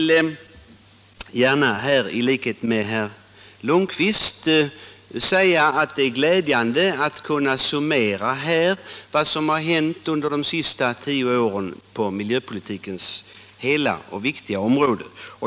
Liksom herr Lundkvist tycker jag det är glädjande att kunna summera vad som har hänt under de senaste tio åren på miljöpolitikens viktiga område.